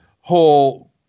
whole